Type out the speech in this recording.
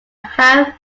have